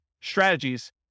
strategies